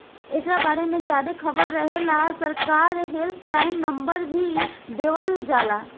एकरा बारे में ज्यादे खबर लेहेला सरकार हेल्पलाइन नंबर भी देवल जाला